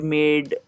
made